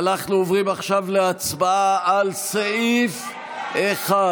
אנחנו עוברים עכשיו להצבעה על סעיף 1,